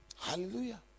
Hallelujah